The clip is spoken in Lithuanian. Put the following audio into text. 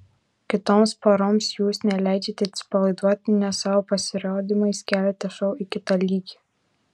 kitoms poroms jūs neleidžiate atsipalaiduoti nes savo pasirodymais keliate šou į kitą lygį